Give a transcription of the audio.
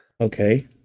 Okay